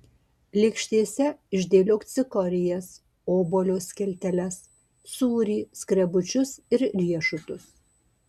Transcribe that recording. lėkštėse išdėliok cikorijas obuolio skilteles sūrį skrebučius ir riešutus